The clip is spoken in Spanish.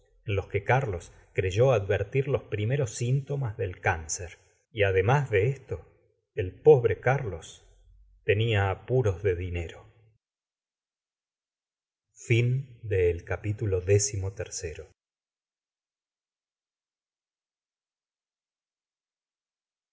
los que carlos creyó advertir los primeros sintomas del cáncer y además de esto el pobre carlos tenia apuros de dinero xiv